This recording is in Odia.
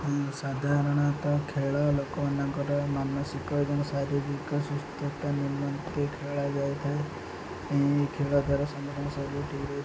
ସାଧାରଣତଃ ଖେଳ ଲୋକମାନଙ୍କର ମାନସିକ ଏବଂ ଶାରୀରିକ ସୁସ୍ଥତା ନିମନ୍ତେ ଖେଳା ଯାଇଥାଏ ଏହି ଖେଳ ଦ୍ୱାରା ସମସ୍ତ ସବୁ